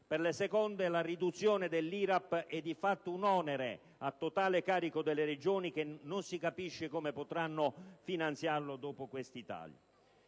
per le seconde la riduzione dell'IRAP è di fatto un onere a totale carico delle Regioni, che non si capisce come potranno finanziarlo, dopo i tagli